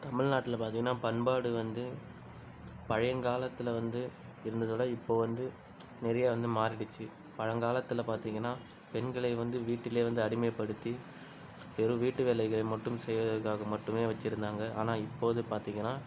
தமிழ்நாட்டில பார்த்திங்கன்னா பண்பாடு வந்து பழையங்காலத்தில் வந்து இருந்ததை விட இப்போ வந்து நிறைய வந்து மாறிடுச்சு பழங்காலத்தில் பார்த்திங்கன்னா பெண்களை வந்து வீட்டிலே வந்து அடிமைப்படுத்தி வெறும் வீட்டு வேலைகளை மட்டும் செய்வதற்காக மட்டுமே வச்சுருந்தாங்க ஆனால் இப்போது பார்த்திங்கன்னா